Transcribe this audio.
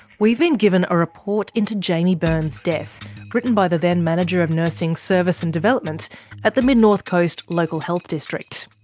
we've been given a report into jaimie byrne's death written by the then manager of nursing service and development at the mid north coast local health district.